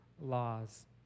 laws